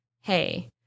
hey